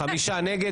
חמישה נגד.